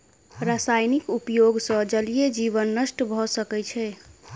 रासायनिक उपयोग सॅ जलीय जीवन नष्ट भ सकै छै